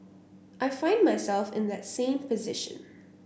I find myself in that same position